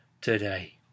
today